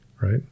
Right